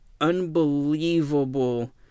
unbelievable